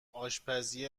آشپزی